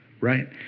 right